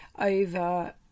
over